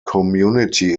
community